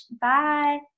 Bye